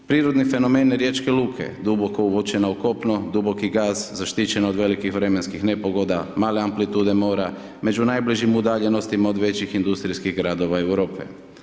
Prirodni fenomen riječke luke, duboko uvučeno u kopno, duboki gas, zaštićen od velikih vremenskih nepogoda, male amplitude mora, među najbližim udaljenosti od većih industrijskih gradova Europe.